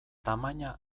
tamaina